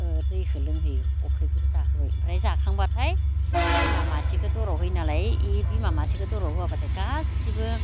दैखो लोंहोयो अफ्रिखोबो जाहोबाय ओमफ्राय जाखांब्लाथाय बिमा मासेखो दराव हैयो नालाय इ बिमा मासेखो दरआव होयाब्लाथाय गासैबो